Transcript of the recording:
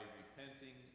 repenting